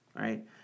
right